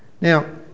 Now